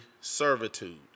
servitude